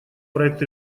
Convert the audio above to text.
проект